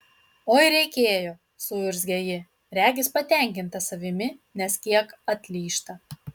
oi reikėjo suurzgia ji regis patenkinta savimi nes kiek atlyžta